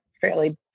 fairly